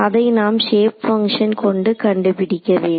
அதை நாம் shape function கொண்டு கண்டுபிடிக்க வேண்டும்